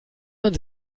man